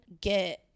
get